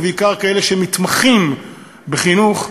ובעיקר כאלה שמתמחים בחינוך,